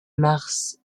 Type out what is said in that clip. mars